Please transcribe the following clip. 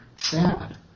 sad